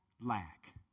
lack